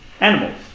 Animals